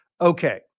okay